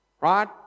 Right